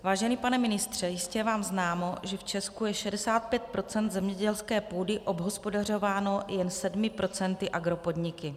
Vážený pane ministře, jistě je vám známo, že v Česku je 65 % zemědělské půdy obhospodařováno jen 7 % agropodniky.